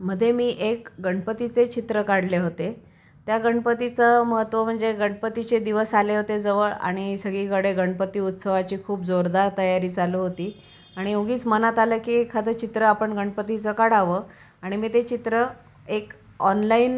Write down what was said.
मध्ये मी एक गणपतीचे चित्र काढले होते त्या गणपतीचं महत्त्व म्हणजे गणपतीचे दिवस आले होते जवळ आणि सगळीकडे गणपती उत्सवाची खूप जोरदार तयारी चालू होती आणि उगीच मनात आलं की एखादं चित्र आपण गणपतीचं काढावं आणि मी ते चित्र एक ऑनलाईन